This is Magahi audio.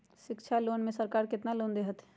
शिक्षा लोन में सरकार केतना लोन दे हथिन?